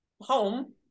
home